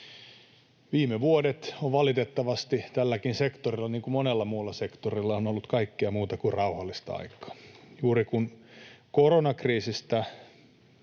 Viime vuodet ovat valitettavasti tälläkin sektorilla niin kuin monella muullakin sektorilla olleet kaikkea muuta kuin rauhallista aikaa. Juuri kun koronakriisistä